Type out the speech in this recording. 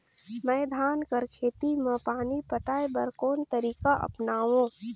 मैं धान कर खेती म पानी पटाय बर कोन तरीका अपनावो?